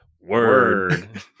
Word